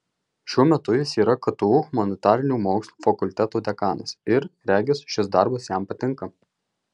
šiuo metu jis yra ktu humanitarinių mokslų fakulteto dekanas ir regis šis darbas jam patinka